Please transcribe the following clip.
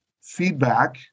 feedback